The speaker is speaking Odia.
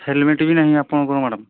ହେଲମେଟ୍ ବି ନାହିଁ ଆପଣଙ୍କ ମ୍ୟାଡ଼ାମ୍